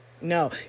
No